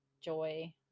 joy